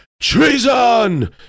Treason